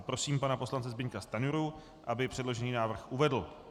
Prosím pana poslance Zbyňka Stanjuru, aby předložený návrh uvedl.